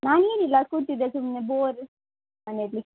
ನಾನೇನಿಲ್ಲ ಕೂತಿದ್ದೆ ಸುಮ್ಮನೆ ಬೋರ್ ಮನೆಯಲ್ಲಿ